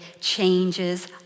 changes